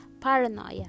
paranoia